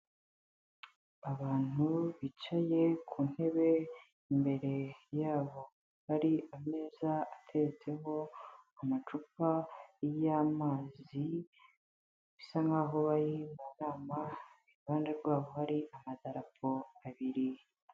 Abantu bicaye ku ntebe, imbere yabo hari ameza ateretseho amacupa y'amazi, bisa nk'aho bari mu nama, iruhande rwabo hari amadapo abiri.